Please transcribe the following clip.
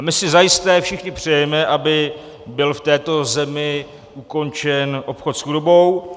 My si zajisté všichni přejeme, aby byl v této zemi ukončen obchod s chudobou.